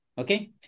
Okay